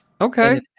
Okay